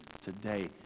today